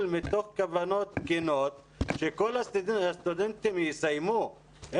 מתוך כוונות תקינות כך שכל הסטודנטים יסיימו את שנת הלימודים.